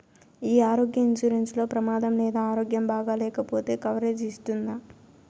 ఈ ఆరోగ్య ఇన్సూరెన్సు లో ప్రమాదం లేదా ఆరోగ్యం బాగాలేకపొతే కవరేజ్ ఇస్తుందా?